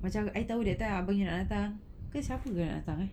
macam I tahu dia datang ke siapa nak datang eh